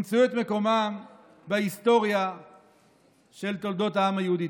ימצאו את עצמם בהיסטוריה של תולדות העם היהודי.